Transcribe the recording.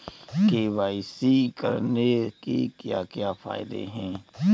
KYC करने के क्या क्या फायदे हैं?